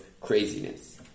craziness